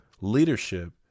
leadership